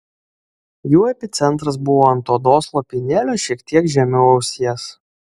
jų epicentras buvo ant odos lopinėlio šiek tiek žemiau ausies